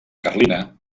carlina